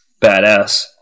badass